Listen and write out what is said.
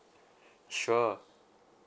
sure